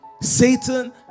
Satan